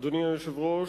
אדוני היושב-ראש,